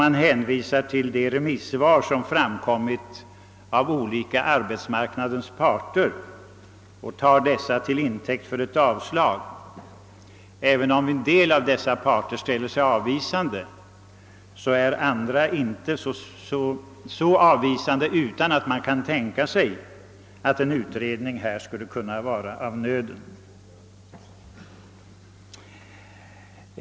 Man hänvisar till de remissvar som avlämnats av arbetsmarknadens olika parter och tar dessa till intäkt för yrkande om avslag. även om en del av dessa parter ställer sig avvisande är andra inte så avvisande att man inte kan tänka sig att en utredning här skulle kunna vara befogad.